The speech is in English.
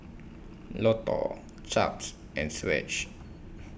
Lotto Chaps and Swatch